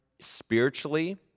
spiritually